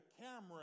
camera